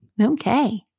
okay